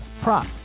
prop